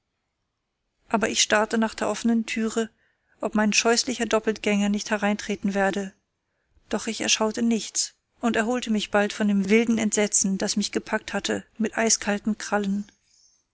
aber ich starrte nach der offnen türe ob mein scheußlicher doppeltgänger nicht hereintreten werde doch ich erschaute nichts und erholte mich bald von dem wilden entsetzen das mich gepackt hatte mit eiskalten krallen